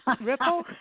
Ripple